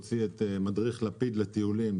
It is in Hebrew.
הוציא את מדריך לפיד לטיולים.